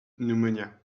pneumonia